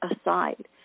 aside